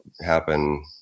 happen